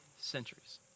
centuries